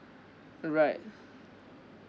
right